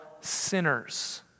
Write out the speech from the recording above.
sinners